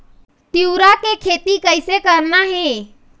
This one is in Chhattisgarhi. तिऊरा के खेती कइसे करना हे?